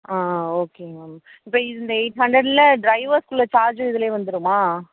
ஆ okay ma'am இப்போ இந்த eight ஹண்ட்ரடில் டிரைவர்ஸ்க்குள்ளே சார்ஜ்ஜூ இதுல வந்துருமா